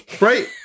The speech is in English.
Right